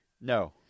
No